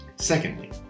Secondly